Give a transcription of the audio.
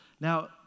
Now